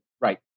Right